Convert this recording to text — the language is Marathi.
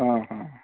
हं हं